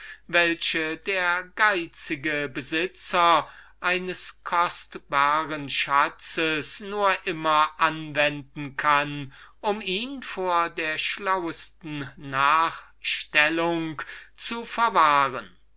welche der geizige besitzer eines kostbaren schatzes nur immer anwenden kann um ihn vor der schlauesten nachstellung zu verwahren